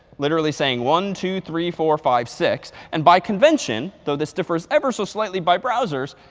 literally saying one, two, three, four, five, six. and by convention, though this differs ever so slightly by browsers,